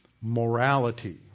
morality